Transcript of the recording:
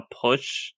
push